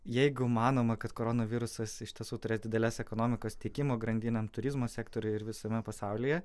jeigu manoma kad koronavirusas iš tiesų turės dideles ekonomikos tiekimo grandinę turizmo sektoriui ir visame pasaulyje